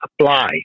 apply